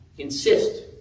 Insist